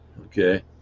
okay